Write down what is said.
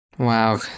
Wow